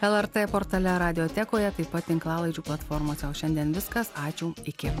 lrt portale radiotekoje taip pat tinklalaidžių platformose o šiandien viskas ačiū iki